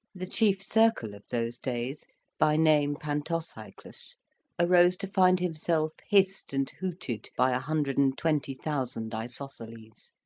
the chief circle of those days by name pantocyclus arose to find himself hissed and hooted by a hundred and twenty thousand isosceles.